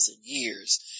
years